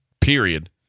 period